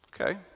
Okay